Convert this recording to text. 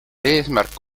eesmärk